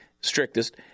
strictest